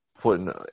putting